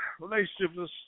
relationships